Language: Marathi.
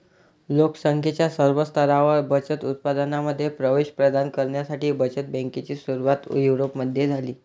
लोक संख्येच्या सर्व स्तरांवर बचत उत्पादनांमध्ये प्रवेश प्रदान करण्यासाठी बचत बँकेची सुरुवात युरोपमध्ये झाली